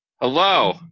hello